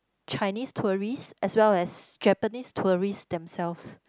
Chinese tourist as well as Japanese tourist themselves